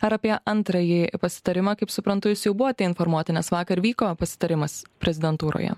ar apie antrąjį pasitarimą kaip suprantu jūs jau buvote informuoti nes vakar vyko pasitarimas prezidentūroje